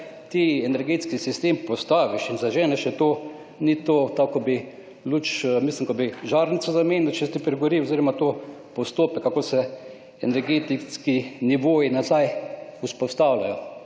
ti energetski sistem postaviš in zaženeš še to, ni to tako kot če bi luč, mislim kot bi žarnico zamenjal, če ti pregori oziroma to je postopek kako se energetski nivoji nazaj vzpostavljajo.